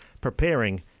preparing